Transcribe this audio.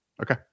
Okay